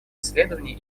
исследований